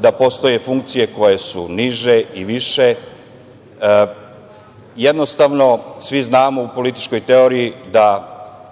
da postoje funkcije koje su niže i više. Jednostavno svi znamo u političkoj teoriji da